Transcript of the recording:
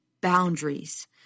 boundaries